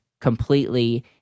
completely